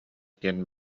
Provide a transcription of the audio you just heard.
диэн